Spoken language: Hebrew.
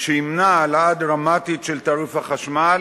שימנע העלאה דרמטית של תעריף החשמל,